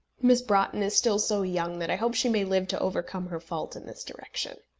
miss broughton is still so young that i hope she may live to overcome her fault in this direction.